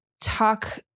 talk